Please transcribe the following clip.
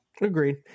agreed